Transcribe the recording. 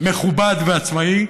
מכובד ועצמאי,